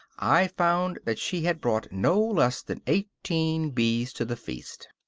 i found that she had brought no less than eighteen bees to the feast.